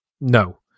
No